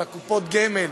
של קופות הגמל,